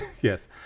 Yes